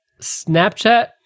Snapchat